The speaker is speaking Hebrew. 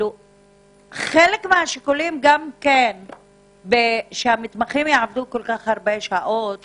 חלק מהשיקולים שהמתמחים יעבדו כל כך הרבה נובעים